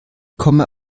komme